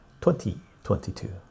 2022